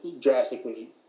drastically